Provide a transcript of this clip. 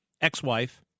ex-wife